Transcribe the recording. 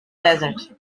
desert